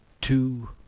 two